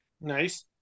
Nice